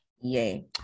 Yay